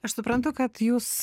aš suprantu kad jūs